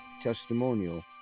testimonial